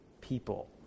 people